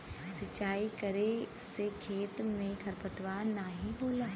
सिंचाई करे से खेत में खरपतवार नाहीं होला